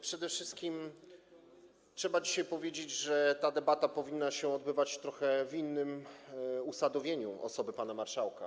Przede wszystkim trzeba dzisiaj powiedzieć, że ta debata powinna się odbywać przy trochę innym usadowieniu osoby pana marszałka.